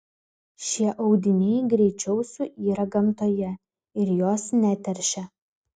šie audiniai greičiau suyra gamtoje ir jos neteršia